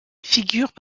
figurent